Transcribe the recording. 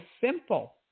simple